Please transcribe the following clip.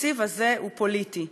התקציב הזה הוא פוליטי: